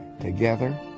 Together